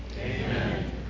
amen